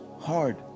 hard